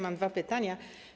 Mam dwa pytania.